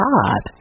God